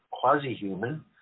quasi-human